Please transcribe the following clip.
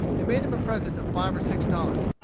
and made him a present of five or six dollars,